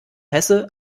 hesse